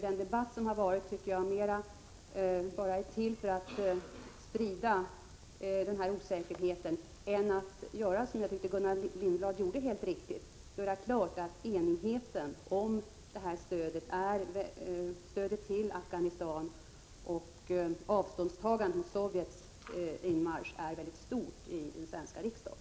Den debatt som har förekommit tycker jag mera har varit till för att sprida osäkerhet än, som jag tycker Gullan Lindblad gjorde helt riktigt, göra klart att enigheten om stödet till Afghanistan och avståndstagandet från Sovjets inmarsch är stor i den svenska riksdagen.